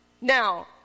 Now